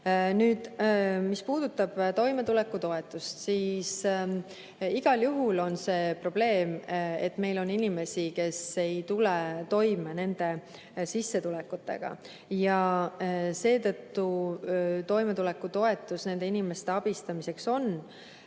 Nüüd, mis puudutab toimetulekutoetust, siis igal juhul on see probleem, et meil on inimesi, kes ei tule oma sissetulekutega toime. Seetõttu toimetulekutoetus nende inimeste abistamiseks on.